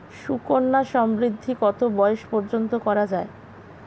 সুকন্যা সমৃদ্ধী কত বয়স পর্যন্ত করা যায়?